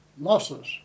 losses